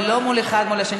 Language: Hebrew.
ולא אחד מול השני.